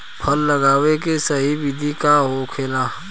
फल लगावे के सही विधि का होखेला?